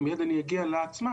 ומיד אני אגיע לה עצמה,